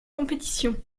compétition